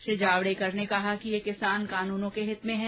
श्री जावड़ेकर ने कहा कि ये कानून किसानों के हित में है